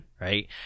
right